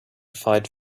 fight